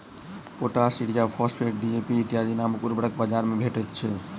potash, urea, phosphate, DAP इत्यादि नामक उर्वरक बाजार मे भेटैत छै